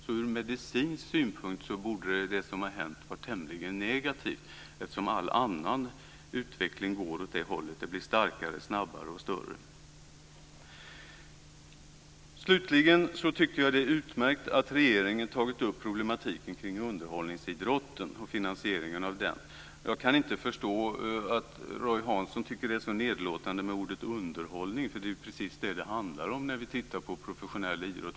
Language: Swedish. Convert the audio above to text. Så ur medicinsk synpunkt borde det som har hänt vara tämligen negativt, eftersom all annan utveckling går åt det hållet att det blir starkare, snabbare och större. Slutligen tycker jag att det är utmärkt att regeringen har tagit upp problematiken kring underhållningsidrotten och finansieringen av den. Jag kan inte förstå att Roy Hansson tycker att det är så nedlåtande med ordet underhållning, eftersom det är precis det som det handlar om när vi tittar på professionell idrott.